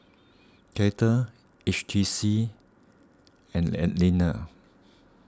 Kettle H T C and Anlene